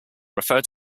refer